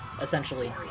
essentially